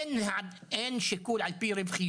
אין שיקול על פי רווחיות,